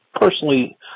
personally –